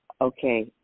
Okay